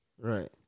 Right